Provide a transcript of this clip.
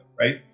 right